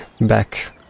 back